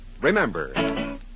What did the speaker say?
remember